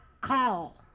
call